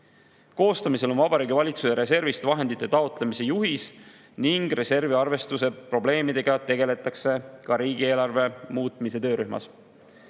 Koostamisel on Vabariigi Valitsuse reservist vahendite taotlemise juhis ning reservi arvestuse probleemidega tegeldakse ka riigieelarve muutmise töörühmas.